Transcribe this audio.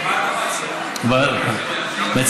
מה אתה מציע?